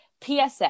PSA